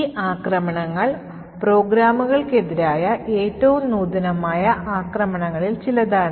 ഈ ആക്രമണങ്ങൾ പ്രോഗ്രാമുകൾക്കെതിരായ ഏറ്റവും നൂതനമായ ആക്രമണങ്ങളിൽ ചിലതാണ്